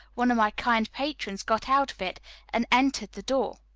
one of my kind patrons, got out of it and entered the door.